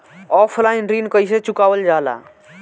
Offline ऋण कइसे चुकवाल जाला?